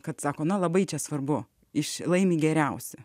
kad sako na labai čia svarbu iš laimi geriausia